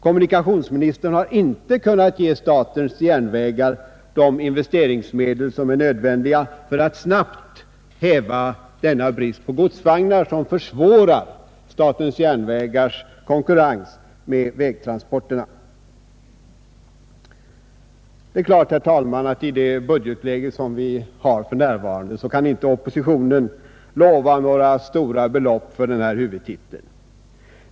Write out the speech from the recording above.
Kommunikationsministern har inte kunnat ge statens järnvägar de investeringsmedel som är nödvändiga för att snabbt häva denna brist på godsvagnar, som försvårar statens järnvägars konkurrens med vägtransporterna. Det är klart, herr talman, att i det budgetläge vi har för närvarande kan oppositionen inte lova några stora belopp för denna huvudtitel.